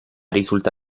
risulta